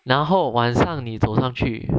然后晚上你走上去